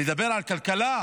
לדבר על כלכלה?